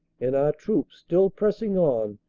and our troops, still pressing on,